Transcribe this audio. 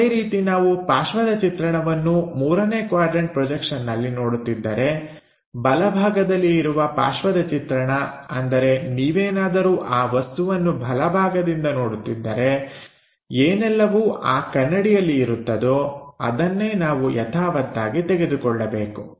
ಅದೇ ರೀತಿ ನಾವು ಪಾರ್ಶ್ವದ ಚಿತ್ರಣವನ್ನು ಮೂರನೇ ಕ್ವಾಡ್ರನ್ಟ ಪ್ರೊಜೆಕ್ಷನ್ನಲ್ಲಿ ನೋಡುತ್ತಿದ್ದರೆ ಬಲಭಾಗದಲ್ಲಿ ಇರುವ ಪಾರ್ಶ್ವದ ಚಿತ್ರಣ ಅಂದರೆ ನೀವೇನಾದರೂ ಆ ವಸ್ತುವನ್ನು ಬಲಭಾಗದಿಂದ ನೋಡುತ್ತಿದ್ದರೆ ಏನೆಲ್ಲವೂ ಆ ಕನ್ನಡಿಯಲ್ಲಿ ಇರುತ್ತದೋಅದನ್ನೇ ನಾವು ಯಥಾವತ್ತಾಗಿ ತೆಗೆದುಕೊಳ್ಳಬೇಕು